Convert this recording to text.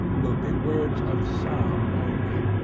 will be words of sound only,